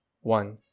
one